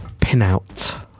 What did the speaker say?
pinout